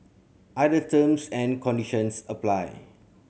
other terms and conditions apply